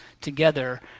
together